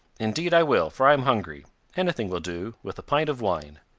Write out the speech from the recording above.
indeed i will, for i am hungry any thing will do, with a pint of wine.